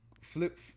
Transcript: flip